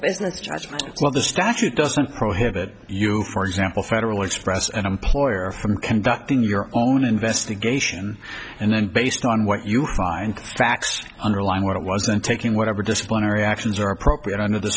business judgment while the statute doesn't prohibit you for example federal express an employer from conducting your own investigation and then based on what you find underlying what it was and taking whatever disciplinary actions are appropriate under the